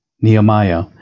Nehemiah